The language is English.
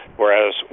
whereas